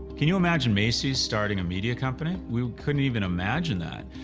can you imagine macy's starting a media company? we couldn't even imagine that.